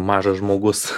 mažas žmogus